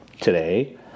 today